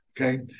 Okay